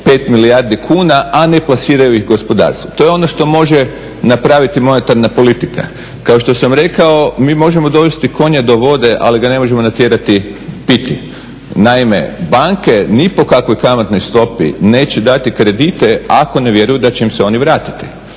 5 milijardi kuna, a ne plasiraju ih gospodarstvu. To je ono što može napraviti monetarna politika. Kao što sam rekao, mi možemo dovesti konja do vode, ali ga ne možemo natjerati piti. Naime, banke ni po kakvoj kamatnoj stopi neće dati kredite, ako ne vjeruju da će im se oni vratiti.